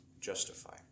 justify